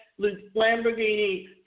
Lamborghini